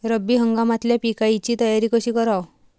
रब्बी हंगामातल्या पिकाइची तयारी कशी कराव?